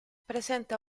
presenta